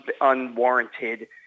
unwarranted